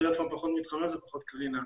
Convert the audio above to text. הטלפון פחות מתחמם זה פחות קרינה.